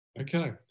Okay